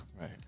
right